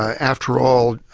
after all,